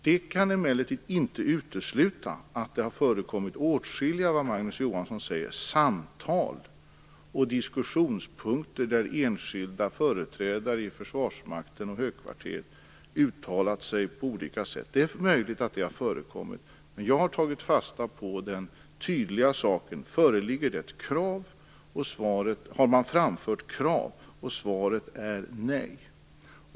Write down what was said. Det kan emellertid inte utesluta att det - som Magnus Johansson säger - har förekommit åtskilliga samtal och diskussionspunkter där enskilda företrädare i försvarsmakt och högkvarter har uttalat sig på olika sätt. Det är möjligt att sådana har förekommit, men jag har tagit fasta på den tydliga frågan: Har man framfört krav? Svaret på den frågan är nej.